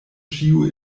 ĉiu